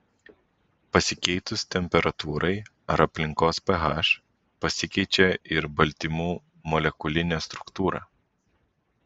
pasikeitus temperatūrai ar aplinkos ph pasikeičia ir baltymų molekulinė struktūra